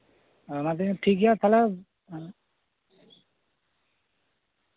ᱟᱭᱢᱟ ᱫᱤᱱ ᱴᱷᱤᱠᱜᱮᱭᱟ ᱛᱟᱞᱦᱮ